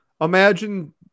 Imagine